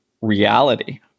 reality